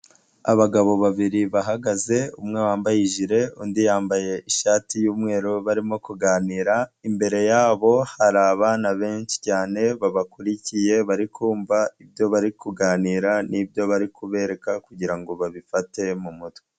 Abagabo babiri bahagaze, umwe wambaye ijire undi yambaye ishati y'umweru barimo kuganira, imbere yabo hari abana benshi cyane babakurikiye bari kumva ibyo bari kuganira ni byo bari kubereka kugira ngo babifate mu mutwe.